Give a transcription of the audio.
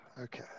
Okay